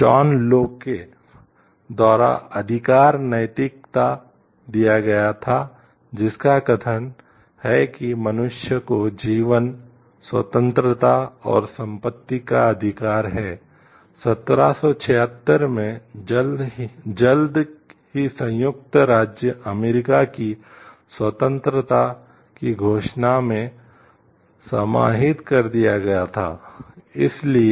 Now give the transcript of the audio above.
John Locke की जाए